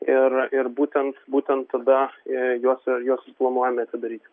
ir ir būtent būtent tada juos juos ir planuojame atidaryt